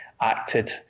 acted